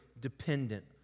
dependent